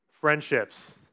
friendships